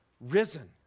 risen